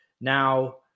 Now